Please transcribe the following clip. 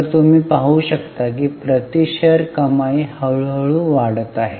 तर तुम्ही पाहु शकता की प्रति शेअर कमाई हळूहळू वाढत आहे